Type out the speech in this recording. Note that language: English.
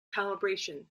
calibration